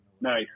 Nice